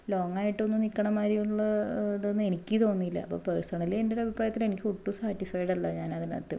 long ആയിട്ട് ഒന്നും നിക്കണ മാതിരിയുള്ള ഇതൊന്നും എനിക്ക് തോന്നിയില്ല അപ്പോൾ പേർസണലി എൻ്റെ ഒരു അഭിപ്രായത്തിൽ എനിക്കൊട്ടും സാറ്റിസ്ഫൈഡ് അല്ല ഞാൻ അതിനകത്ത്